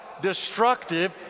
destructive